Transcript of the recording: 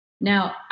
Now